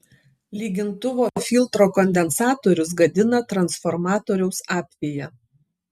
lygintuvo filtro kondensatorius gadina transformatoriaus apviją